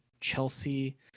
Chelsea